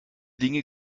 dinge